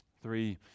Three